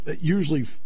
usually